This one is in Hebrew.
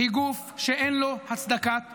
היא גוף שאין לו הצדקת קיום.